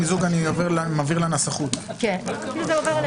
כל הכבוד שהצלחנו, כל הכבוד, עאידה.